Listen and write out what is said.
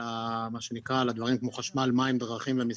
מה שנקרא על הדברים כמו חשמל, מים, דרכים ומסביב.